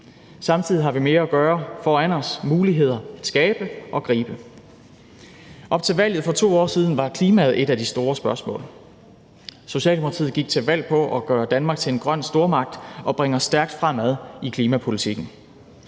Samtidig har vi mere at gøre foran os – muligheder at skabe og gribe. Op til valget for 2 år siden var klimaet et af de store spørgsmål. Socialdemokratiet gik til valg på at gøre Danmark til en grøn stormagt og bringe os stærkt fremad i klimapolitikken.